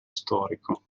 storico